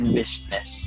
business